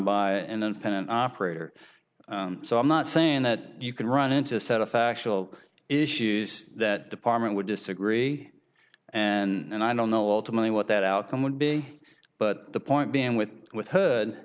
by an unpaid an operator so i'm not saying that you can run into a set of factual issues that department would disagree and i don't know all too many what that outcome would be but the point being with with h